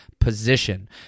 position